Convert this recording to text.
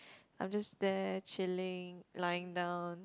I'm just there chilling lying down